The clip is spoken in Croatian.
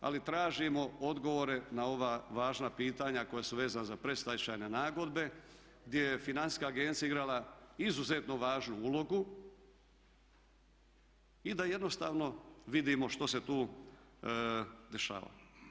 Ali tražimo odgovore na ova važna pitanja koja su vezana za predstečajne nagodbe gdje je Financijska agencija igrala izuzetno važnu ulogu i da jednostavno vidimo što se tu dešavalo.